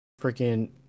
freaking